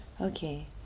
okay